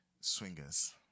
swingers